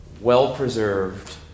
well-preserved